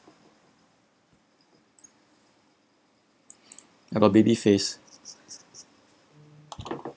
have a baby face